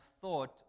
thought